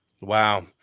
Wow